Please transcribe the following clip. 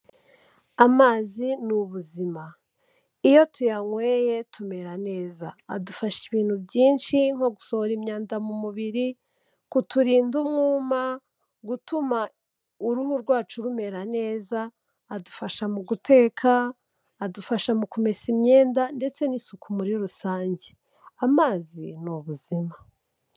Amazi ni ubuzima. Iyo tuyanyweye tumera neza. Adufasha ibintu byinshi nko gusohora imyanda mu mubiri, kuturinda umwuma, gutuma uruhu rwacu rumera neza, adufasha mu guteka, adufasha mu kumesa imyenda ndetse n'isuku muri rusange. Amazi ni ubuzima.